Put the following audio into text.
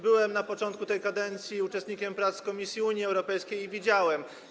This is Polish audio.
Byłem na początku tej kadencji uczestnikiem prac Komisji do Spraw Unii Europejskiej i to widziałem.